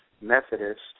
Methodist